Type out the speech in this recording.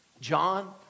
John